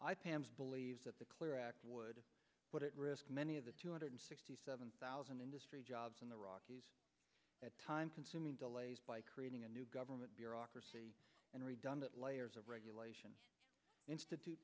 pams believe that the clear act would what it risks many of the two hundred sixty seven thousand industry jobs in the rockies that time consuming delays by creating a new government bureaucracy and redundant layers of regulations institute